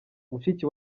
mushiki